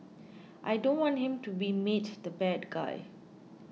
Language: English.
I don't want him to be made the bad guy